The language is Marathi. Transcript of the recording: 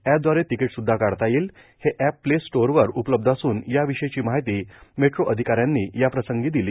एपदधारे तिकीट सुदधा काढता येईलण हे एप प्ले स्टोरवर उपलब्ध असून याविषयीची माहिती मेट्रो अधिकाऱ्यांनी याप्रसंगी दिली